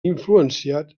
influenciat